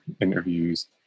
interviews